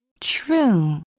True